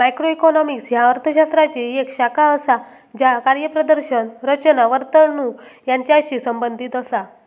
macroeconomics ह्या अर्थ शास्त्राची येक शाखा असा ज्या कार्यप्रदर्शन, रचना, वर्तणूक यांचाशी संबंधित असा